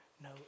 no